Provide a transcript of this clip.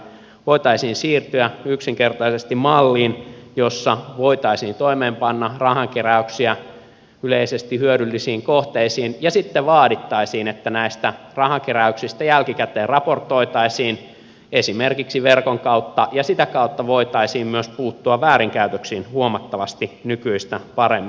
voitaisiin siirtyä yksinkertaisesti malliin jossa voitaisiin toimeenpanna rahankeräyksiä yleisesti hyödyllisiin kohteisiin ja sitten vaadittaisiin että näistä rahankeräyksistä jälkikäteen raportoitaisiin esimerkiksi verkon kautta ja sitä kautta voitaisiin myös puuttua väärinkäytöksiin huomattavasti nykyistä paremmin